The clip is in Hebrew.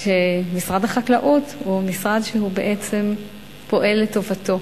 שמשרד החקלאות הוא משרד שבעצם פועל לטובתו,